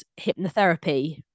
hypnotherapy-